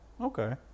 Okay